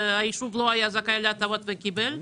היישוב לא היה זכאי להטבות וקיבל.